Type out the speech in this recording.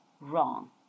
wrong